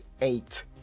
Eight